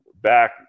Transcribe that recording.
back